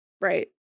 Right